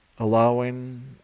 Allowing